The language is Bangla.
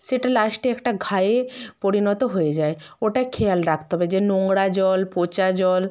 সেটা লাস্টে একটা ঘায়ে পরিণত হয়ে যায় ওটাই খেয়াল রাখতে হবে যে নোংরা জল পচা জল